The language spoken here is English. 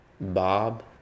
Bob